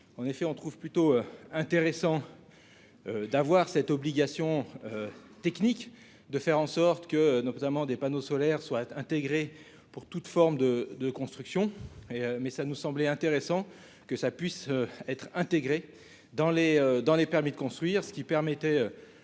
en effet, on trouve plutôt intéressant d'avoir cette obligation technique de faire en sorte que notamment des panneaux solaires, soit intégrés pour toute forme de de construction et mais ça nous semblait intéressant que ça puisse être intégrée dans les dans les permis de construire, ce qui permettait